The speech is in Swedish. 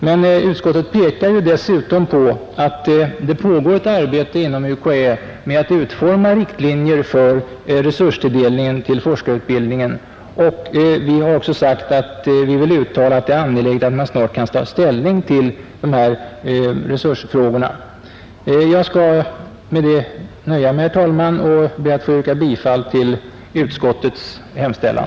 Men utskottet pekar dessutom på att det inom UKÄ pågår ett arbete med att utforma riktlinjer för resurstilldelningen till forskarutbildningen. Vi har också uttalat att det är angeläget att man snart kan ta ställning till dessa resursfrågor. Jag skall nöja mig med detta, herr talman, och ber att få yrka bifall till utskottets hemställan.